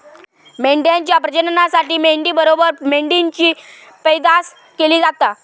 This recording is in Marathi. मेंढ्यांच्या प्रजननासाठी मेंढी बरोबर मेंढ्यांची पैदास केली जाता